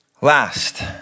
Last